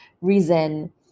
reason